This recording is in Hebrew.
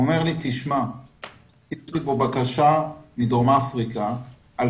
הוא אמר שיש לו בקשה מדרום אפריקה על